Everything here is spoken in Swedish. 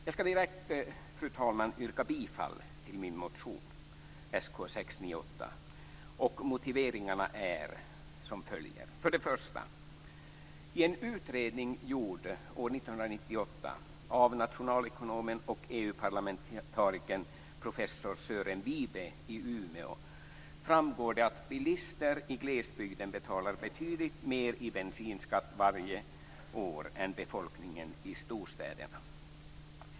Jag skall direkt, fru talman, yrka bifall till min motion Sk698 och motiveringarna är som följer: För det första framgår det av en utredning gjord år 1998 av nationalekonomen och EU-parlamentarikern professor Sören Wibe i Umeå att bilister i glesbygden betalar betydligt mer i bensinskatt varje år än befolkningen i storstäderna.